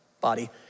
body